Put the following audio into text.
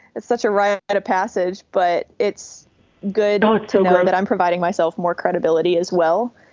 it's such a riot at a passage. but it's good to know that i'm providing myself more credibility as well.